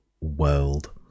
world